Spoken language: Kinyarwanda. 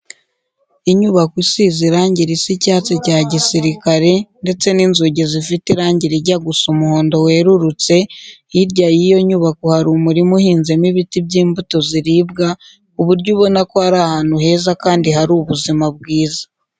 Inyubako isize irange risa icyatsi cya gisirikare ndetse n'inzugi zifite irange rijya gusa umuhondo werurutse, hirya y'iyo nyubako hari umurima uhinzemo ibiti by'imbuto ziribwa ku buryo ubona ko ari ahantu heza kandi hari ubuzima bwiza.